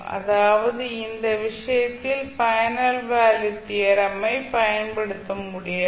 அதாவது இந்த விஷயத்தில் பைனல் வேல்யூ தியரம் ஐ பயன்படுத்த முடியாது